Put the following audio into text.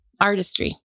artistry